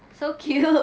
so cute